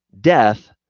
death